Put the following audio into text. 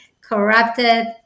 corrupted